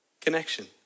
Connection